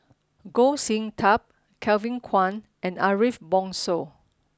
Goh Sin Tub Kevin Kwan and Ariff Bongso